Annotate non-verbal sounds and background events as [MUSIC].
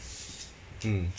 [BREATH] mm